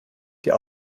der